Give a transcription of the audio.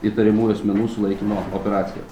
įtariamųjų asmenų sulaikymo operacija